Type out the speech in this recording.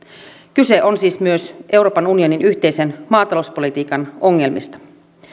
kyse on siis myös euroopan unionin yhteisen maatalouspolitiikan ongelmista